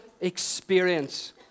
experience